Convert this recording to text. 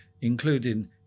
including